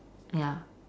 ya